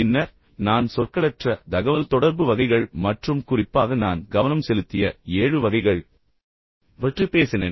பின்னர் நான் சொற்களற்ற தகவல்தொடர்பு வகைகள் மற்றும் குறிப்பாக நான் கவனம் செலுத்திய ஏழு வகைகள் பற்றி பேசினேன்